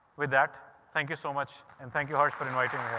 with that, thank you so much and thank you harsh for inviting